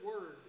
word